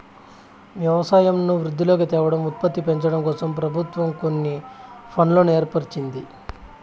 వ్యవసాయంను వృద్ధిలోకి తేవడం, ఉత్పత్తిని పెంచడంకోసం ప్రభుత్వం కొన్ని ఫండ్లను ఏర్పరిచింది